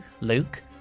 Luke